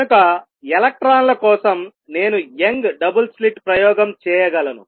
కనుక ఎలక్ట్రాన్ల కోసం నేను యంగ్ డబుల్ స్లిట్ ప్రయోగం చేయగలను